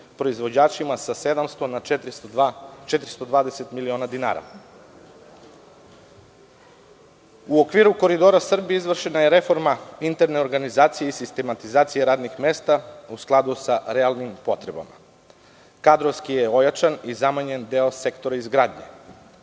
proizvođačima sa 700 na 420 miliona dinara.U okviru „Koridora Srbije“ izvršena je reforma interne organizacije i sistematizacije radnih mesta u skladu sa realnim potrebama. Kadrovski je ojačan i zamenjen deo sektora izgradnje.